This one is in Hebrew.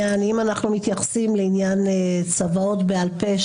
אם אנחנו מתייחסים לעניין הצוואות בעל-פה,